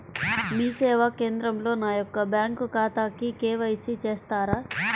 మీ సేవా కేంద్రంలో నా యొక్క బ్యాంకు ఖాతాకి కే.వై.సి చేస్తారా?